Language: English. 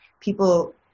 people